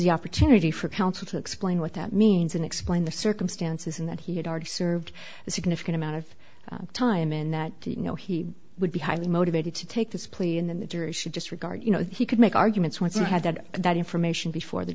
the opportunity for counsel to explain what that means and explain the circumstances and that he had already served a significant amount of time and that you know he would be highly motivated to take this plea and then the jury should disregard you know he could make arguments once he had that information before the